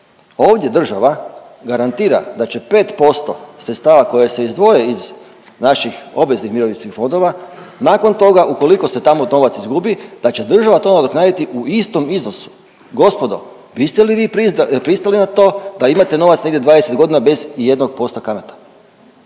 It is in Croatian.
Ovdje država garantira da će 5% sredstava koje se izdvoje iz naših obveznih mirovinskih fondova, nakon toga ukoliko se tamo novac izgubi da će država to nadoknaditi u istom iznosu. Gospodo biste li vi pristali na to da imate novac negdje 20 godina bez i 1% kamata,